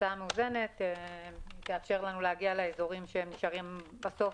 היא תאפשר לנו להגיע לאזורים שנשארים בסוף,